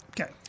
Okay